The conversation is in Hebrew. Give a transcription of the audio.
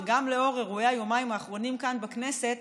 גם לנוכח אירועי היומיים האחרונים כאן בכנסת,